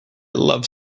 love